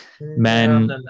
Men